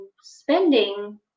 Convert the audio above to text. spending